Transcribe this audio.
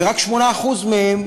ורק 8% מהם,